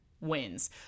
wins